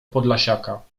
podlasiaka